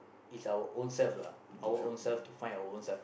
is our ownself lah our ownself to find our ownself